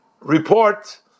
report